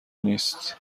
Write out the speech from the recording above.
نیست